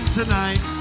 tonight